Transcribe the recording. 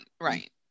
right